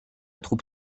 troupe